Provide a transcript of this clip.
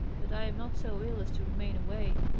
but i am not so ill as to remain away.